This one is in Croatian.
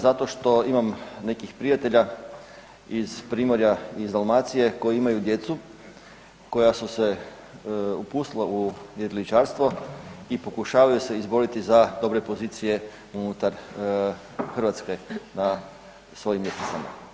Zato što imam nekih prijatelja iz Primorja iz Dalmacije koji imaju djecu koja su se upustila u jedriličarstvo i pokušavaju se izboriti za dobre pozicije unutar Hrvatske na svojim ljestvicama.